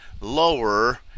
lower